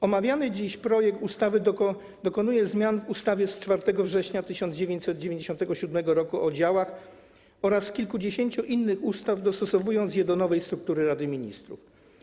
Omawiany dziś projekt ustawy dokonuje zmian w ustawie z 4 września 1997 r. o działach oraz kilkudziesięciu innych ustaw, dostosowując je do nowej struktury Rady Ministrów.